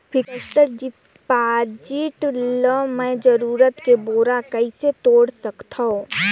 Fixed deposit ल मैं जरूरत के बेरा कइसे तोड़ सकथव?